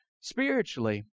spiritually